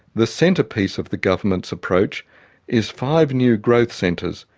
the centrepiece of the government's approach is five new growth centres,